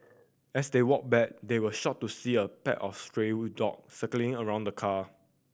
as they walked back they were shocked to see a pack of stray dog circling around the car